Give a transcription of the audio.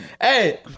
Hey